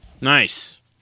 Nice